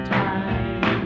time